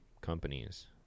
companies